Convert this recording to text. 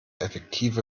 effektive